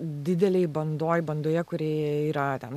didelėj bandoj bandoje kuri yra ten